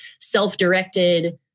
self-directed